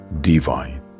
divine